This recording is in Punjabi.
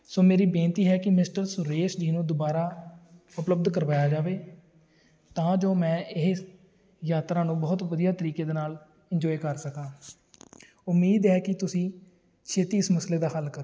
ਸੋ ਮੇਰੀ ਬੇਨਤੀ ਹੈ ਕਿ ਮਿਸਟਰ ਸੁਰੇਸ਼ ਜੀ ਨੂੰ ਦੁਬਾਰਾ ਉਪਲਬਧ ਕਰਵਾਇਆ ਜਾਵੇ ਤਾਂ ਜੋ ਮੈਂ ਇਹ ਯਾਤਰਾ ਨੂੰ ਬਹੁਤ ਵਧੀਆ ਤਰੀਕੇ ਦੇ ਨਾਲ ਇੰਜੋਏ ਕਰ ਸਕਾਂ ਉਮੀਦ ਹੈ ਕਿ ਤੁਸੀਂ ਛੇਤੀ ਇਸ ਮਸਲੇ ਦਾ ਹੱਲ ਕਰੋਗੇ